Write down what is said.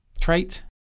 trait